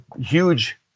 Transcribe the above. huge